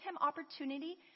opportunity